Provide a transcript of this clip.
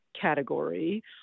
category